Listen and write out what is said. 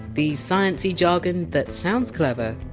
the sciency jargon that sounds clever,